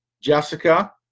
Jessica